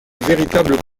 véritable